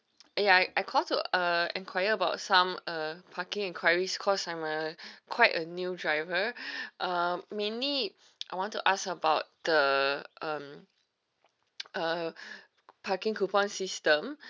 ya I I call to uh inquire about some uh parking enquiries cause I'm uh quite a new driver um mainly I want to ask about the um uh parking coupon system